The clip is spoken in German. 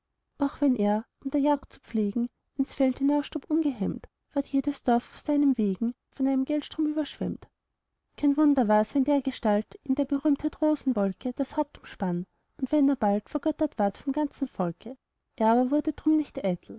wenn er um der jagd zu pflegen ins feld hinausstob ungehemmt ward jedes dorf auf seinen wegen von einem goldstrom überschwemmt kein wunder war's wenn dergestalt ihm der berühmtheit rosenwolke das haupt umspann und wenn er bald vergöttert ward vom ganzen volke er aber wurde drum nicht eitel